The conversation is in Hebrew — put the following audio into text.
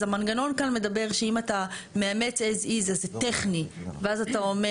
אז המנגנון כאן מדבר שאם אתה מדבר as is איזה טכני ואז אתה אומר,